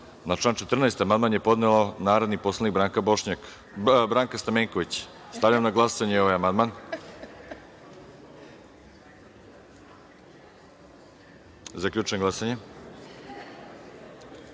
član 31. amandman je podnela narodni poslanik Branka Stamenković. Stavljam na glasanje ovaj amandman. Zaključujem glasanje